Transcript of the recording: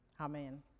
Amen